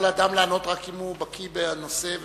יכול אדם לענות רק אם הוא בקי בנושא,